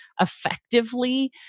effectively